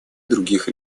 других